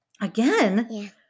Again